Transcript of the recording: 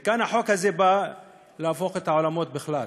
וכאן החוק הזה בא להפוך את העולמות בכלל: